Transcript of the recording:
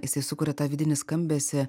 jisai sukuria tą vidinį skambesį